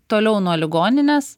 toliau nuo ligoninės